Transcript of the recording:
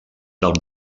del